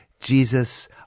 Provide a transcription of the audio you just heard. Jesus